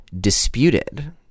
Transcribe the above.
disputed